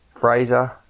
Fraser